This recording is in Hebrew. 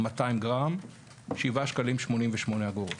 היה 7.88 שקלים ל-200 גרם.